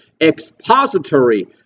expository